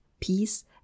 peace